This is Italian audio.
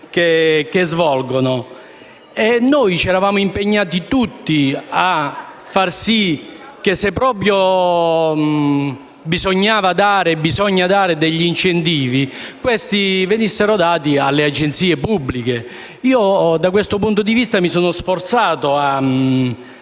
che svolgono. Noi ci eravamo impegnati tutti a far sì che, se proprio bisognava dare degli incentivi, venissero dati alle agenzie pubbliche. Da questo punto di vista mi sono sforzato